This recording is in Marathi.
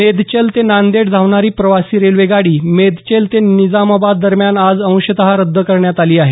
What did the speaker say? मेदचल ते नांदेड धावणारी प्रवासी रेल्वे गाडी मेदचल ते निजामाबाद दरम्यान आज अंशत रद्द करण्यात आली आहे